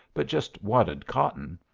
but just wadded cotton,